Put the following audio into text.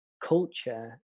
culture